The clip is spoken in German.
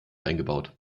eingebaut